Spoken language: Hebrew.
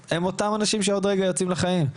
שהם אותם אנשים שעוד רגע יוצאים לחיים,